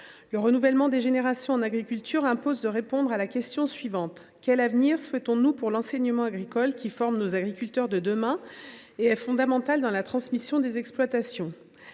Le renouvellement des générations en agriculture impose de répondre à la question suivante : quel avenir souhaitons nous pour l’enseignement agricole, qui forme nos agriculteurs de demain, et qui est fondamental dans la transmission des exploitations ?